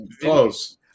close